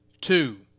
two